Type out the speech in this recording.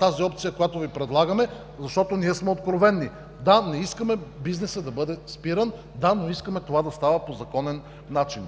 тази опция, което Ви предлагаме, защото ние сме откровени. Да, не искаме бизнесът да бъде спиран. Да, но искаме това да става по законен начин.